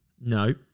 No